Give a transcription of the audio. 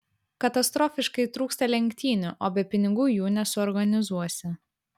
katastrofiškai trūksta lenktynių o be pinigų jų nesuorganizuosi